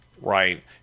Right